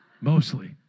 mostly